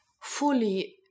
fully